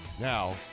Now